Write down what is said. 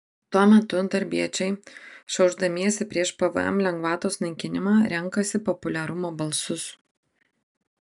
tuo metu darbiečiai šiaušdamiesi prieš pvm lengvatos naikinimą renkasi populiarumo balsus